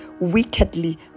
wickedly